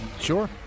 Sure